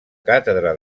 càtedra